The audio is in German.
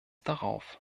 darauf